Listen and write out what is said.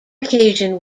occasion